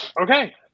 Okay